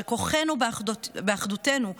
שכוחנו באחדותנו,